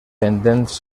pendents